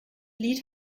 lied